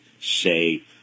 say